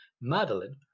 Madeline